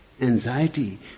anxiety